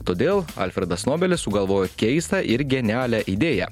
todėl alfredas nobelis sugalvojo keistą ir genialią idėją